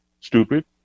Stupid